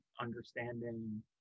understanding